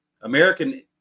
American